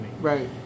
Right